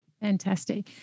fantastic